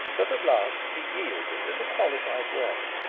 but at last he yielded in a qualified way.